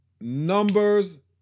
numbers